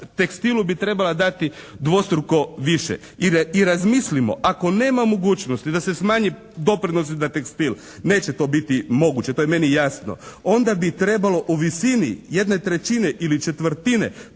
tekstilu bi trebala dati dvostruku više. I razmislimo, ako nema mogućnosti da se smanje doprinosi na tekstil neće to biti moguće, to je meni jasno, onda bi trebalo u visini 1/3 ili 1/4